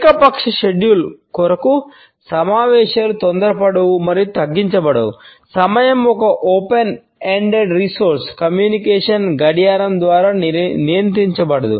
ఏకపక్ష షెడ్యూల్ గడియారం ద్వారా నియంత్రించబడదు